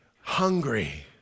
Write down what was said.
hungry